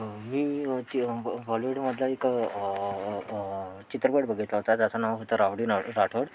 मी ज बॉलिवूडमधला एक चित्रपट बघितला होता त्याचं नाव होतं राऊडी ना राठोड